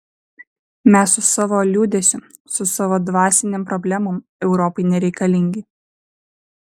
mes su savo liūdesiu su savo dvasinėm problemom europai nereikalingi